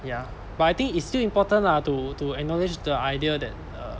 ya but I think it's still important lah to to acknowledge the idea that err